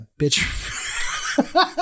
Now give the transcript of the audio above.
bitch